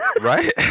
Right